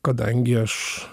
kadangi aš